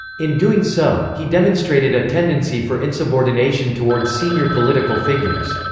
in doing so, he demonstrated a tendency for insubordination toward senior political figures.